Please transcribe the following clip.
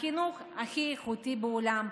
החינוך הכי איכותי בעולם,